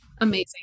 Amazing